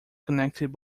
connected